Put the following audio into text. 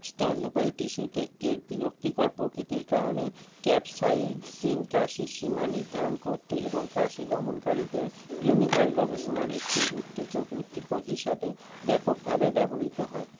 স্তন্যপায়ী টিস্যুতে এর বিরক্তিকর প্রকৃতির কারণে ক্যাপসাইসিন কাশির সীমা নির্ধারণ করতে এবং কাশি দমনকারীদের ক্লিনিক্যাল গবেষণার একটি উত্তেজক উদ্দীপক হিসাবে ব্যাপকভাবে ব্যবহৃত হয়